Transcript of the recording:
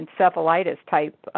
encephalitis-type